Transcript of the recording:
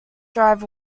drive